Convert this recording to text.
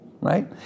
right